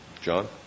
John